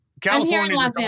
California